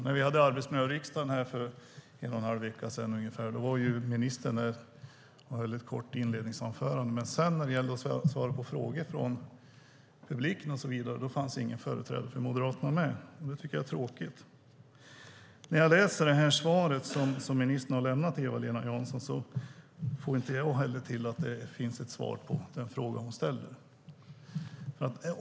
När vi hade Arbetsmiljöriksdagen här för 1 1/2 vecka sedan var ministern här och höll ett kort inledningsanförande, men när det sedan gällde att svara på frågor från publiken och så vidare fanns ingen företrädare från Moderaterna med. Det tycker jag är tråkigt. När jag läser svaret som ministern har lämnat till Eva-Lena Jansson får inte heller jag fram ett svar på den fråga hon ställer.